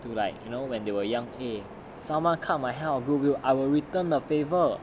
to like you know when they were young !hey! someone cut my hair I will return the favour